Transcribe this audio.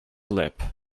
lip